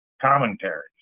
commentaries